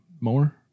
more